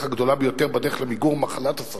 הגדולה ביותר בדרך למיגור מחלת הסרטן,